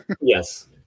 Yes